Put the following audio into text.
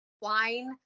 wine